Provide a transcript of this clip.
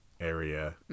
area